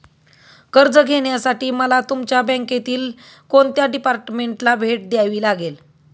कर्ज घेण्यासाठी मला तुमच्या बँकेतील कोणत्या डिपार्टमेंटला भेट द्यावी लागेल?